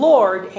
Lord